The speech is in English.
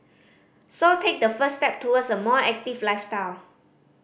so take the first step towards a more active lifestyle